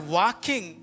walking